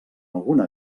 alguna